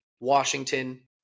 Washington